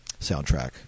soundtrack